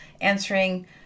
answering